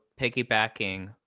piggybacking